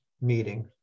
meeting